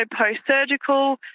post-surgical